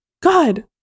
god